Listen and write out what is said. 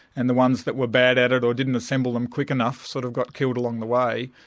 and the ones that were bad at it or didn't assemble them quick enough sort of got killed along the way,